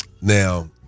Now